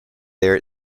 there